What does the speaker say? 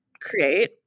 create